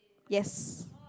yes